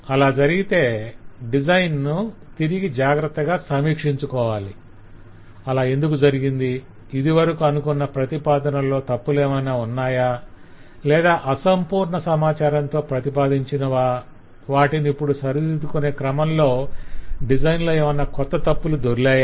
అలా జరిగితే డిజైన్ ను తిరిగి జాగ్రత్తగా సమీక్షించుకోవాలి - అలా ఎందుకు జరిగింది ఇదివరకు అనుకున్న ప్రతిపాదననలలో తప్పులేమన్నా ఉన్నాయా లేదా అసంపూర్ణ సమాచారంతో ప్రతిపాదించినవా వాటిని ఇప్పుడు సరిదిద్దుకొనే క్రమంలో డిజైన్ లో ఏమన్నా కొత్త తప్పులు దొర్లాయా